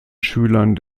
schülern